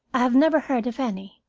i have never heard of any.